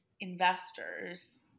investors